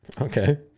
Okay